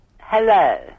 Hello